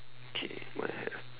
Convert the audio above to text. okay mine have